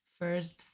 first